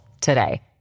today